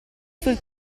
sul